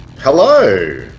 Hello